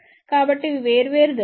కాబట్టి ఇవి వేర్వేరు దశలు